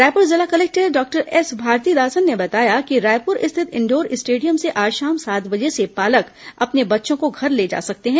रायपुर जिला collector doctor S Bharathidasan ने बताया कि रायपुर स्थित इंडोर स्टेडियम से आज शाम सात बजे से पालक अपने बच्चों को घर ले जा सकते हैं